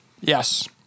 Yes